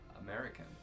American